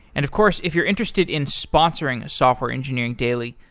and of course, if you're interested in sponsoring a software engineering daily,